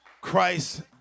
Christ